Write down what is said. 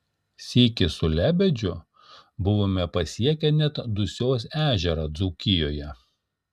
sykį su lebedžiu buvome pasiekę net dusios ežerą dzūkijoje